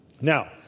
Now